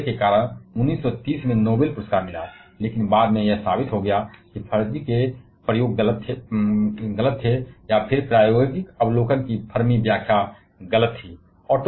उनके दावे के कारण 1930 में नोबल पुरस्कार मिला लेकिन बाद में यह साबित हो गया कि फर्मी का प्रयोग गलत था या फ़िर प्रायोगिक अवलोकन की फर्मी व्याख्या गलत थी